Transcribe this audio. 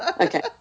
Okay